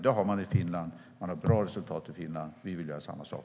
Det är de i Finland, och där har man bra resultat. Vi vill göra samma sak.